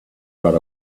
got